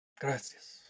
Gracias